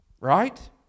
right